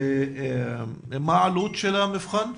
מה עלות המבחן?